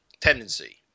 Tendency